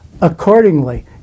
accordingly